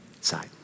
side